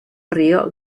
río